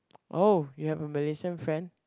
orh you have a Malaysian friend